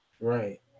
right